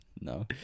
No